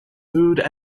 food